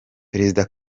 perezida